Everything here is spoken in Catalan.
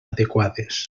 adequades